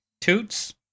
toots